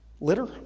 litter